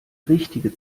richtige